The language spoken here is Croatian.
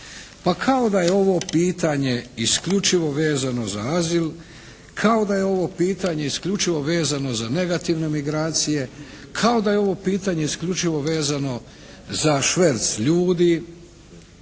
Pa kao da je ovo pitanje isključivo vezano za azil, kao da je ovo pitanje isključivo vezano za negativne migracije, kao da je ovo pitanje isključivo vezano za šverc ljudi.